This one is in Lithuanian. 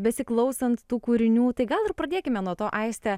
besiklausant tų kūrinių tai gal ir pradėkime nuo to aiste